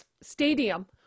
stadium